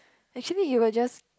actually you were just